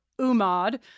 Umad